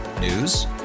News